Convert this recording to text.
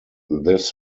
this